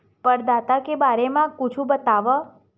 प्रदाता के बारे मा कुछु बतावव?